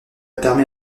permet